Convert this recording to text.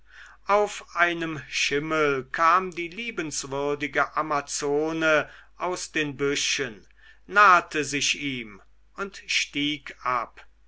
auf einem schimmel kam die liebenswürdige amazone aus den büschen nahte sich ihm und stieg ab